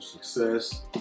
success